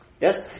Yes